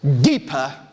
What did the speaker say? deeper